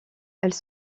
elles